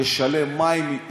ישלם מים,